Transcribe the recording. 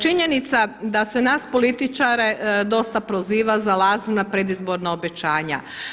Činjenica da se nas političare dosta proziva za lažna predizborna obećanja.